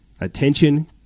attention